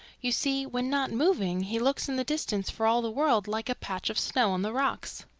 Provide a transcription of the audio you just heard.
you see, when not moving, he looks in the distance for all the world like a patch of snow on the rocks.